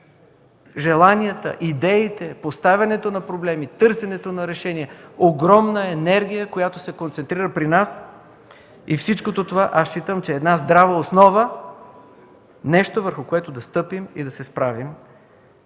желанията, идеите, поставянето на проблеми, търсенето на решения. Това е огромна енергия, която се концентрира при нас, а всичко това, аз считам, е една здрава основа и нещо, върху което да стъпим, да се справим